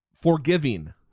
forgiving